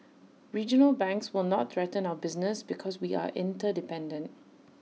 regional banks will not threaten our business because we are interdependent